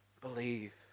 believe